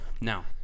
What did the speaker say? Now